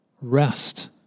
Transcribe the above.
rest